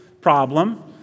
problem